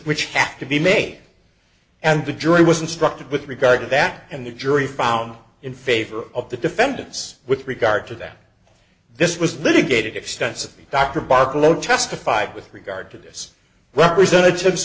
which have to be made and the jury was instructed with regard to that and the jury found in favor of the defendants with regard to that this was litigated extensively dr barch low testified with regard to this representatives